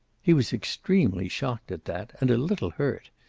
he was extremely shocked at that, and a little hurt.